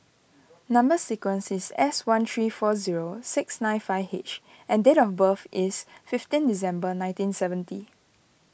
Number Sequence is S one three four zero six nine five H and date of birth is fifteen December nineteen seventy